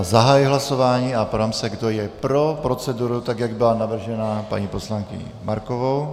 Zahajuji hlasování a ptám se, kdo je pro proceduru, tak jak byla navržena paní poslankyní Markovou.